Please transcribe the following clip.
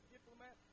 Diplomat